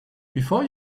before